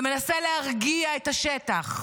ומנסה להרגיע את השטח.